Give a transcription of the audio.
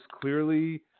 clearly